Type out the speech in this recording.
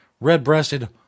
red-breasted